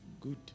Good